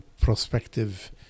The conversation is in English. prospective